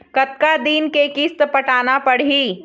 कतका दिन के किस्त पटाना पड़ही?